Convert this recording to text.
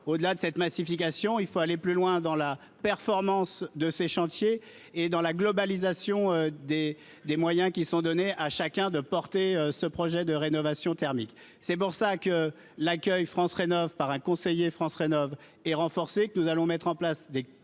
au-delà de cette massification, il faut aller plus loin dans la performance de ces chantiers et dans la globalisation des des moyens qui sont donnés à chacun de porter ce projet de rénovation thermique, c'est pour ça que l'accueil France rénovent par un conseiller France rénove et renforcée que nous allons mettre en place des